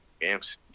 games